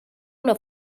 una